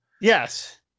Yes